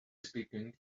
speaking